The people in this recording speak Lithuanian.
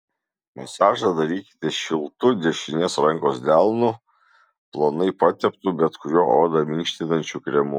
masažą darykite šiltu dešinės rankos delnu plonai pateptu bet kuriuo odą minkštinančiu kremu